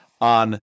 on